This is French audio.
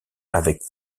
avec